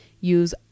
use